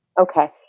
Okay